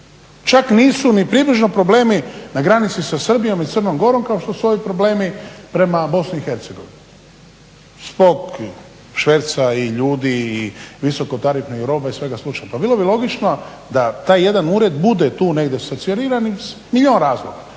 Čak nisu ni približno problemi na granici sa Srbijom i Crnom Gorom kao što su ovi problemi prema BiH. Zbog šverca i ljudi i visoko tarifnih roba i svega. Pa bilo bi logično da taj jedan ured bude tu negdje stacioniran iz milijun razloga.